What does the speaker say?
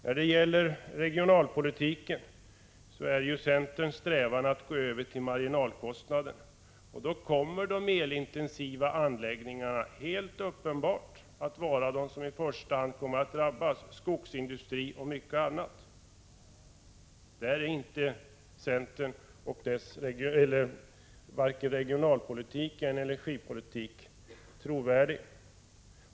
När det gäller regionalpolitiken konstaterar jag att centerns strävan är att gå över till marginalkostnaden, och då kommer helt uppenbart de elintensiva anläggningarna att vara de som i första hand drabbas — skogsindustri och mycket annat. På den punkten är varken centerns regionalpolitik eller dess energipolitik trovärdig.